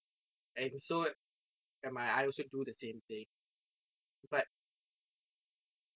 and so am I I also do the same thing but